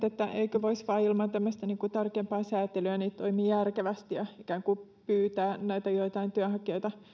eikö voisi vain ilman tämmöistä tarkempaa säätelyä toimia järkevästi ja ikään kuin pyytää näitä joitain työnhakijoita